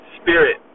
spirit